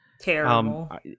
Terrible